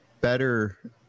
better